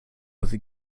with